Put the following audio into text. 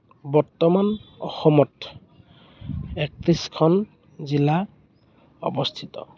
বৰ্তমান অসমত একত্ৰিছখন জিলা অৱস্থিত